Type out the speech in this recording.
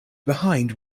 behind